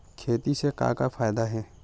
खेती से का का फ़ायदा हे?